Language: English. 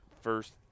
first